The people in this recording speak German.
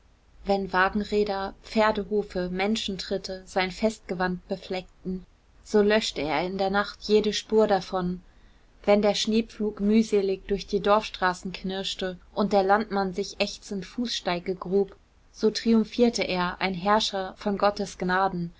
wenn wagenräder pferdehufe menschentritte sein festgewand befleckten so löschte er in einer nacht jede spur davon wenn der schneepflug mühselig durch die dorfstraßen knirschte und der landmann sich ächzend fußsteige grub so triumphierte er ein herrscher von gottes gnaden